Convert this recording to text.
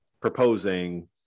proposing